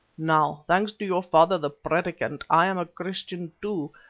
now, thanks to your father the predikant, i am a christian too,